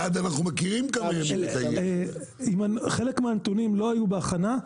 אלעד אנחנו מכירים --- חלק מהנתונים לא היו בהכנה,